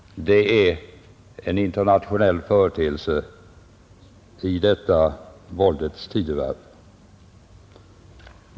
Det är en internationell företeelse i detta våldets tidevarv.